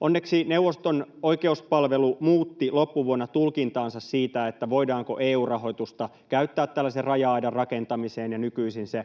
Onneksi neuvoston oikeuspalvelu muutti loppuvuonna tulkintaansa siitä, voidaanko EU-rahoitusta käyttää tällaisen raja-aidan rakentamiseen, ja nykyisin se